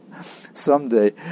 someday